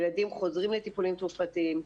ילדים חוזרים לטיפולים תרופתיים,